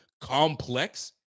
complex